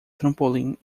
trampolim